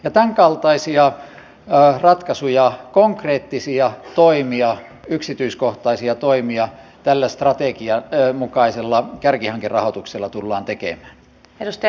tämän kaltaisia ratkaisuja konkreettisia yksityiskohtaisia toimia tällä strategian mukaisella kärkihankerahoituksella tullaan tekemään